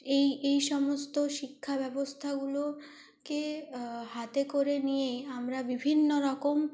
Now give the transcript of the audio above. এই এই সমস্ত শিক্ষাব্যবস্থাগুলো কে হাতে করে নিয়েই আমরা বিভিন্ন রকম